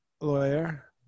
lawyer